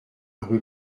rue